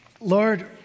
Lord